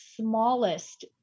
smallest